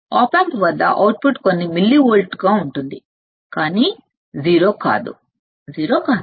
op amp వద్ద output కొన్ని మిల్లివోల్ట్లుగా ఉంటుంది కానీ సున్నా కాదు సున్నా కాదు